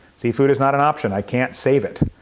seafood is not an option, i can't save it.